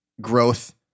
growth